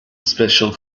special